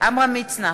עמרם מצנע,